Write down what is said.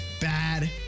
bad